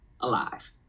alive